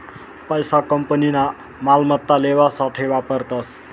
पैसा कंपनीना मालमत्ता लेवासाठे वापरतस